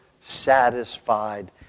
satisfied